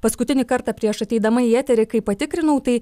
paskutinį kartą prieš ateidama į eterį kai patikrinau tai